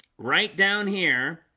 right down here.